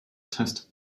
test